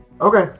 Okay